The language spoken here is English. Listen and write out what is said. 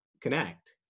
connect